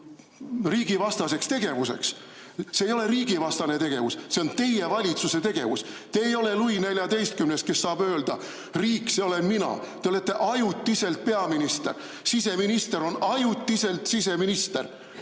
ajal riigivastaseks tegevuseks? See ei ole riigivastane tegevus, see on teie valitsuse tegevus. Te ei ole Louis XIV, kes saab öelda: riik, see olen mina. Te olete ajutiselt peaminister, siseminister on ajutiselt siseminister,